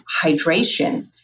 hydration